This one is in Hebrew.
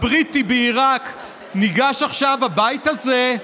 הבריטי בעיראק, ניגש עכשיו הבית הזה,